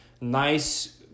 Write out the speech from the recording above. nice